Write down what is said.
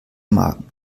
magen